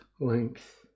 length